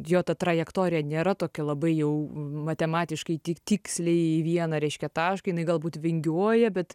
jo ta trajektorija nėra tokia labai jau matematiškai tik tiksliai į vieną reiškia tašką jinai galbūt vingiuoja bet